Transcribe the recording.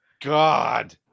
god